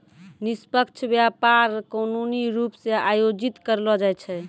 निष्पक्ष व्यापार कानूनी रूप से आयोजित करलो जाय छै